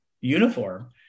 uniform